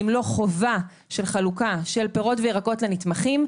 אם לא חובה של חלוקה של פירות וירקות לנתמכים.